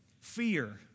fear